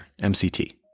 MCT